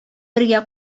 бергә